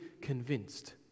convinced